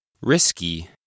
risky